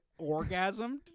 orgasmed